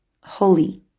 holy